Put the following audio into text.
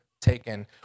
taken